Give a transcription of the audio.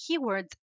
keywords